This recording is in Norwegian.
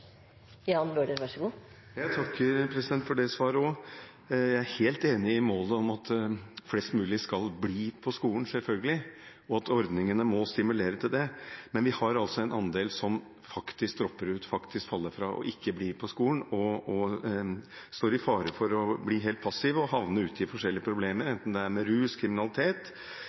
Jeg takker også for det svaret. Jeg er helt enig i målet om at flest mulig skal bli på skolen – selvfølgelig – og at ordningene må stimulere til det. Men vi har altså en andel som faktisk dropper ut, faktisk faller fra og ikke blir på skolen. De står i fare for å bli helt passive og havne i forskjellige problemer, enten det er med rus, kriminalitet